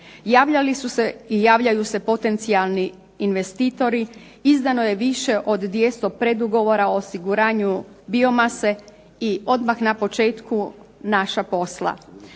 Javljaju se i javljali su se određeni investitori, izdano je više od 200 predugovora o osiguranju biomase i odmah na početku našla posla.